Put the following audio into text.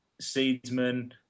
Seedsman